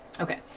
okay